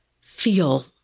feel